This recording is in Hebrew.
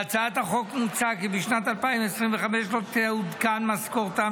בהצעת החוק מוצע כי בשנת 2025 לא תעודכן משכורתם